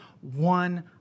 one